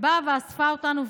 באה ואספה אותנו ואמרה: